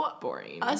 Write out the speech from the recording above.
boring